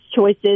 choices